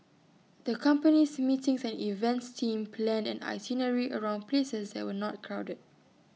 the company's meetings and events team planned an itinerary around places that were not crowded